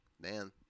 man